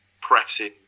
pressing